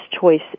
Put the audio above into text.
choice